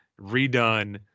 redone